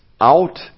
out